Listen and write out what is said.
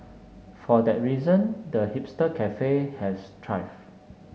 for that reason the hipster cafe has thrived